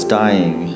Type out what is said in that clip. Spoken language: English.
dying